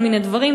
כל מיני דברים.